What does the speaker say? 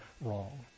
wrong